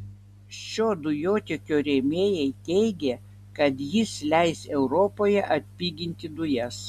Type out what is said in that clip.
šio dujotiekio rėmėjai teigia kad jis leis europoje atpiginti dujas